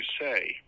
say